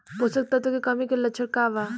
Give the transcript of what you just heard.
पोषक तत्व के कमी के लक्षण का वा?